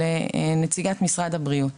נציגת משרד הבריאות,